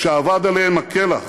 שאבד עליהן כלח,